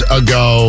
ago